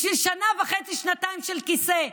בשביל שנה וחצי-שנתיים של כיסא?